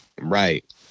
Right